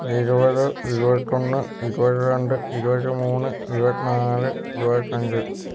ഇരുപത് ഇരുപത്തൊന്ന് ഇരുപത്തിരണ്ട് ഇരുപത്തിമൂന്ന് ഇരുപത്തിനാല് ഇരുപത്തഞ്ച്